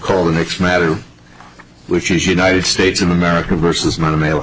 call the next matter which is united states of america versus not a male